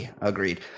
agreed